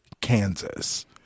Kansas